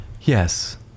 Yes